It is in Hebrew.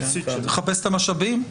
תחפש את המשאבים?